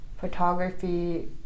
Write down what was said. photography